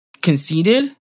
conceded